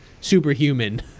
superhuman